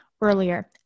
earlier